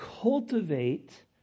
cultivate